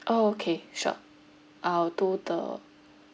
okay sure I'll do the